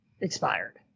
expired